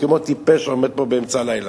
כמו טיפש עומד פה באמצע הלילה?